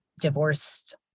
divorced